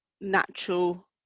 natural